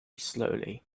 slowly